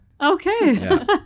Okay